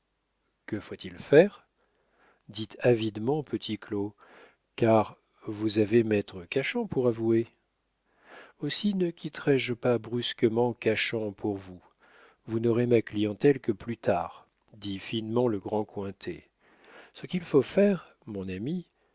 que faut-il faire dit avidement petit claud car vous avez maître cachan pour avoué aussi ne quitterai je pas brusquement cachan pour vous vous n'aurez ma clientèle que plus tard dit finement le grand cointet ce qu'il faut faire mon ami